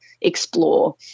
explore